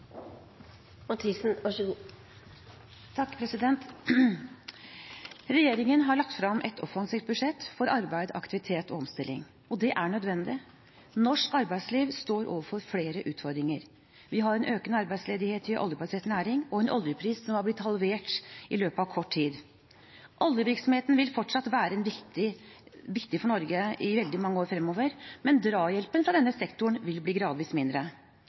nødvendig. Norsk arbeidsliv står overfor flere utfordringer. Vi har en økende arbeidsledighet i oljebasert næring og en oljepris som har blitt halvert i løpet av kort tid. Oljevirksomheten vil fortsatt være viktig for Norge i veldig mange år fremover, men drahjelpen fra denne sektoren vil gradvis bli mindre.